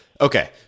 Okay